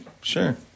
sure